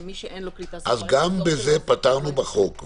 מי שאין לו קליטה סלולרית --- אז גם את זה פתרנו בחוק,